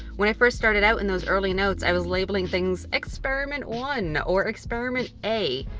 when i first started out in those early notes, i was labeling things experiment one or experiment a.